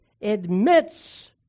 admits